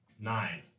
Nine